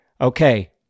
okay